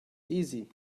easy